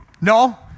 No